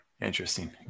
Interesting